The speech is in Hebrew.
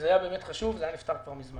וכל דבר שנוגע לציבור החרדי,